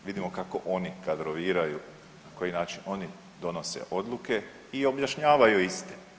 Vidimo kako oni kadroviraju, na koji način oni donose odluke i objašnjavaju iste.